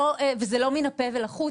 וזה לא מן הפה ולחוץ.